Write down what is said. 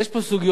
יש פה סוגיות,